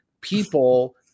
People